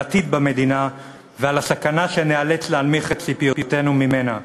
על עתיד במדינה ועל הסכנה שניאלץ להנמיך את ציפיותינו ממנה.